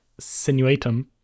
sinuatum